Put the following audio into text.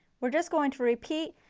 we are just going to repeat,